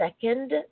Second